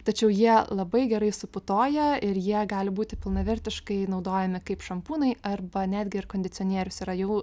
tačiau jie labai gerai suputoja ir jie gali būti pilnavertiškai naudojami kaip šampūnai arba netgi ir kondicionierius yra jau